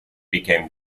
became